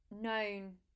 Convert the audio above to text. known